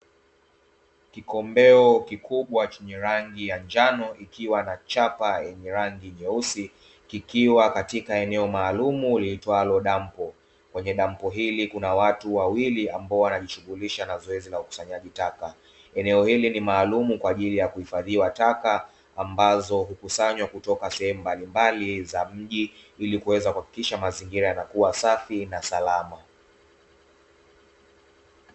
Kikombeo kikubwa cha rangi ya njano kikiwa na chapa yenye rangi nyeusi kikiwa katika eneo maalumu liitwalo dampo, kwenye dampo hili kuna watu wawili wanaojishughulisha na zoezi la ukusanyaji wa taka, eneo hili ni maalumu kwa ajili ya utanzaji wa atak ambazo hukusanywa kutoka sehemu mbalimbali za mji ili kuweza kuhakikisha mazingira yanakuwa safi na salama.